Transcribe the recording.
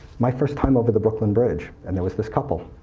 my first time over the brooklyn bridge, and there was this couple,